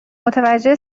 متوجه